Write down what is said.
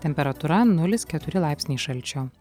temperatūra nulis keturi laipsniai šalčio